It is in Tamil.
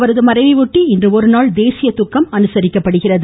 அவரது மறைவையொட்டி இன்று ஒருநாள் தேசிய துக்கம் அனுசரிக்கப்படுகிறது